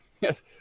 Yes